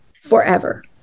forever